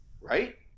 Right